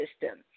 system